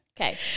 Okay